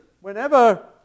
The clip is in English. whenever